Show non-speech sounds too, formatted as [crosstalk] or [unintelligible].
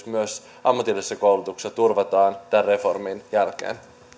[unintelligible] myös ammatillisessa koulutuksessa turvataan tämän reformin jälkeen